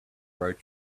road